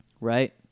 right